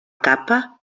capa